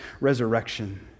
resurrection